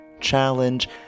challenge